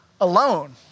alone